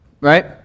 Right